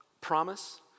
promise